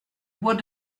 bois